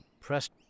pressed